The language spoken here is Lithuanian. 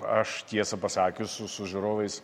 aš tiesą pasakius su žiūrovais